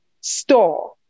store